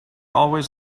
always